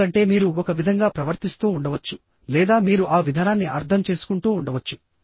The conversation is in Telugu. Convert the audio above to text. ఎందుకంటే మీరు ఒక విధంగా ప్రవర్తిస్తూ ఉండవచ్చు లేదా మీరు ఆ విధానాన్ని అర్థం చేసుకుంటూ ఉండవచ్చు